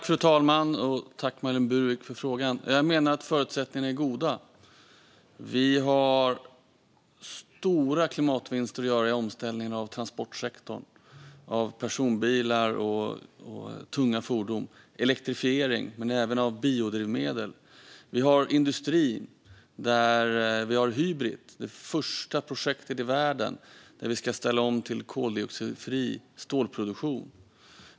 Fru talman! Tack för frågan, Marlene Burwick! Jag menar att förutsättningarna är goda. Vi har stora klimatvinster att göra i omställningen av transportsektorn, både när det gäller personbilar och när det gäller tunga fordon. Det handlar om elektrifiering men även om biodrivmedel. Inom industrin har vi Hybrit, det första projektet i världen där man ska ställa om till en koldioxidfri stålproduktion.